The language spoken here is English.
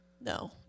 No